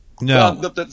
No